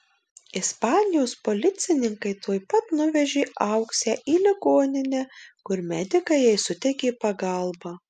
ispanijos policininkai tuoj pat nuvežė auksę į ligoninę kur medikai jai suteikė pagalbą